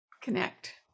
connect